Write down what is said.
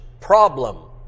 problem